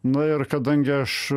na ir kadangi aš